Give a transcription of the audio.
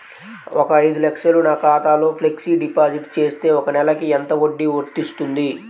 ఒక ఐదు లక్షలు నా ఖాతాలో ఫ్లెక్సీ డిపాజిట్ చేస్తే ఒక నెలకి ఎంత వడ్డీ వర్తిస్తుంది?